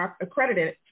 accredited